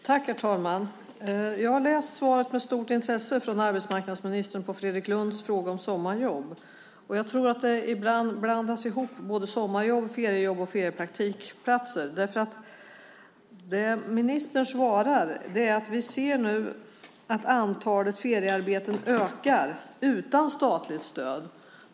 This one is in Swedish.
Herr talman! Jag har med stort intresse läst arbetsmarknadsministerns svar på Fredrik Lundhs fråga om sommarjobb. Jag tror att det ibland blir en sammanblandning av sommarjobb, feriejobb och feriepraktikplatser, för ministern svarar: Vi ser nu att antalet feriearbeten ökar utan statligt stöd.